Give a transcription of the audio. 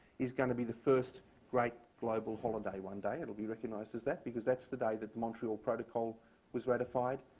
is going to be the first great global holiday one day. it'll be recognized as that, because that's the day that montreal protocol was ratified.